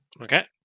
Okay